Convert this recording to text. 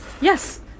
Yes